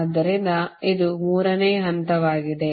ಆದ್ದರಿಂದ ಇದು ಮೂರನೇ ಹಂತವಾಗಿದೆ